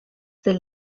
del